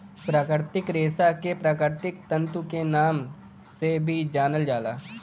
प्राकृतिक रेशा के प्राकृतिक तंतु के नाम से भी जानल जाला